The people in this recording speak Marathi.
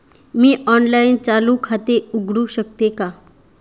मी ऑनलाइन चालू खाते उघडू शकते का?